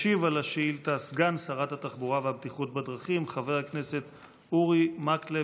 ישיב על השאילתה סגן שרת התחבורה והבטיחות בדרכים חבר הכנסת אורי מקלב.